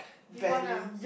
you want ah